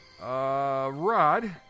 Rod